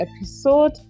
episode